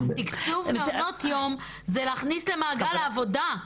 תקצוב מעונות יום זה להכניס למעגל העבודה.